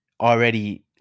already